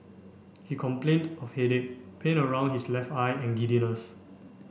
he complained of headache pain around his left eye and giddiness